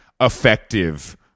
effective